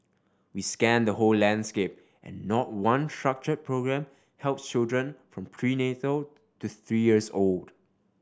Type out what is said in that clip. we scanned the whole landscape and not one structure programme helps children from prenatal to three years old